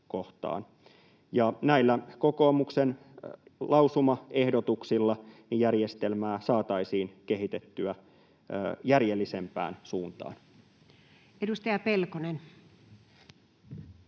Näillä kokoomuksen lausumaehdotuksilla järjestelmää saataisiin kehitettyä järjellisempään suuntaan. [Speech